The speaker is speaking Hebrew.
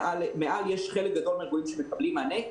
מעל יש חלק גדול מהארגונים שמקבלים מענה.